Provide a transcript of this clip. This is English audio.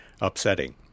upsetting